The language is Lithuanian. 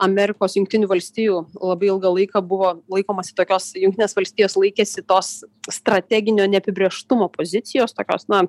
amerikos jungtinių valstijų labai ilgą laiką buvo laikomasi tokios jungtinės valstijos laikėsi tos strateginio neapibrėžtumo pozicijos tokios na